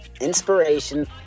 inspiration